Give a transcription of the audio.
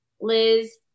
Liz